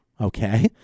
Okay